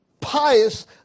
pious